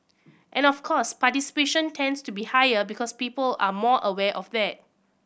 and of course participation tends to be higher because people are more aware of that